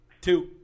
two